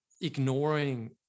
ignoring